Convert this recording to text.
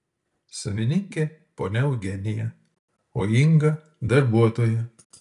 savininkė ponia eugenija o inga darbuotoja